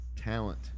Talent